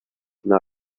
not